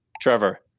Trevor